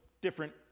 different